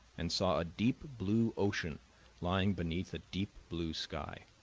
and saw a deep blue ocean lying beneath a deep blue sky,